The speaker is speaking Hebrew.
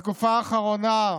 בתקופה האחרונה,